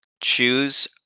choose